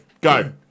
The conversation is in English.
Go